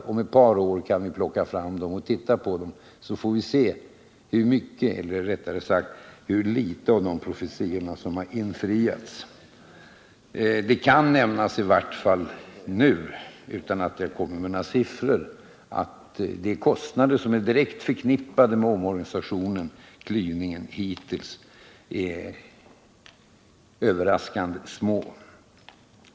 Om ett par år kan vi plocka fram dem och då får vi se hur mycket — eller rättare sagt hurlitet — av de profetiorna som har infriats. Jag kan säga nu, utan att komma med några siffror, att de kostnader som är direkt förknippade med klyvningen av organisationen hittills är överraskande små.